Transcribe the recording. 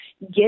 get